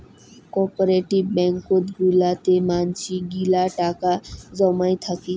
cooperative ব্যাঙ্কত গুলাতে মানসি গিলা টাকা জমাই থাকি